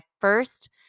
first